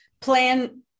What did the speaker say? Plan